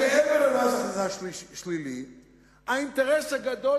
מעבר למס הכנסה שלילי האינטרס הגדול